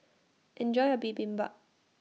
Enjoy your Bibimbap